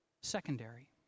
Secondary